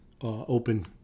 open